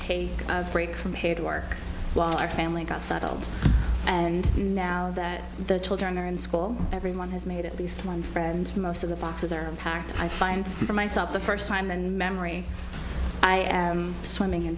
take a break from paid work while our family got settled and now that the children are in school everyone has made at least one friend most of the boxes are a parent i find for myself the first time and memory i swimming in